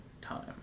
time